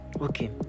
Okay